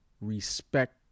respect